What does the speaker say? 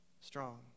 strong